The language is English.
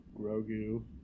Grogu